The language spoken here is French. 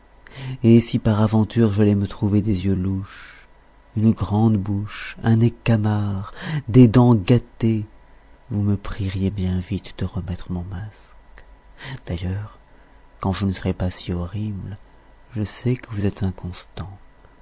et si par aventure j'allais me trouver des yeux louches une grande bouche un nez camard des dents gâtées vous me prieriez bien vite de remettre mon masque d'ailleurs quand je ne serais pas si horrible je sais que vous êtes inconstant